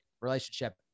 relationship